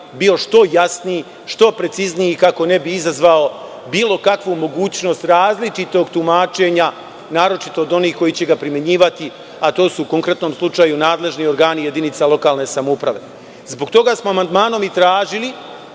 bio što jasniji, što precizniji i kako ne bi izazvao bilo kakvu mogućnost različitog tumačenja, naročito od onih koji će ga primenjivati, a to su u konkretnom slučaju nadležni organi jedinica lokalne samouprave. Zbog toga smo amandmanom tražili